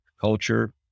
culture